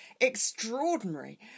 extraordinary